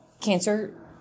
Cancer